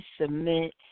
submit